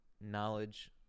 knowledge